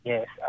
Yes